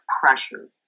pressure